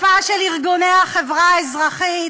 ברדיפה של ארגוני החברה האזרחית,